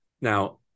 Now